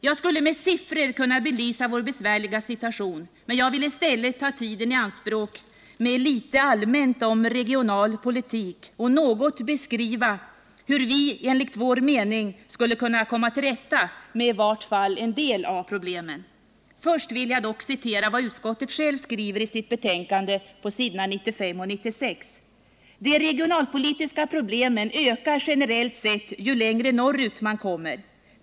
Jag skulle med siffror kunna belysa vår besvärliga situation, men jag vill i stället ta tiden i anspråk för att tala litet mer allmänt om regionalpolitik, och jag vill något beskriva hur vi enligt vår mening skulle kunna komma till rätta med i vart fall en del av problemen. Först vill jag dock citera vad utskottet självt skriver på s. 95 och 96 i sitt betänkande: ”De regionalpolitiska problemen ökar generellt sett ju längre norrut man kommer.